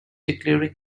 declaring